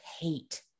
hate